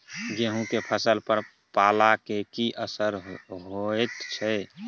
गेहूं के फसल पर पाला के की असर होयत छै?